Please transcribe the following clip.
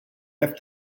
left